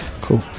Cool